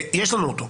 יש לנו אותו.